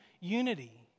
unity